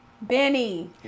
Benny